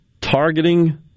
targeting